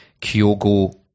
Kyogo